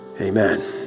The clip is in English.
Amen